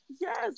Yes